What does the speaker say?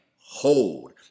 hold